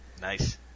Nice